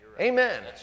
Amen